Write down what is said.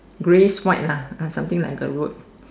grayish white lah uh something like the road